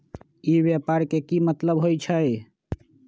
ई व्यापार के की मतलब होई छई?